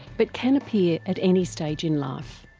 but can appear at any stage in life.